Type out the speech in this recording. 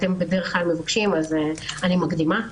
אתם בדרך כלל מבקשים, אז אני מקדימה.